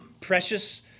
precious